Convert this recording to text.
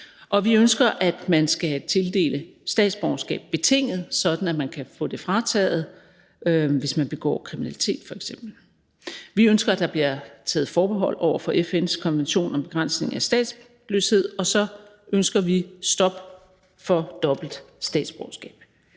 vi ønsker, at man skal tildele statsborgerskab betinget, sådan at man kan få det frataget, hvis man begår kriminalitet f.eks. Vi ønsker, at der bliver taget forbehold over for FN's konvention om begrænsning af statsløshed. Og så ønsker vi stop for dobbelt statsborgerskab.